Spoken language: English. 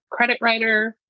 creditwriter